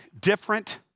different